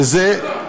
וזה,